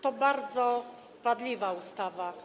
To bardzo wadliwa ustawa.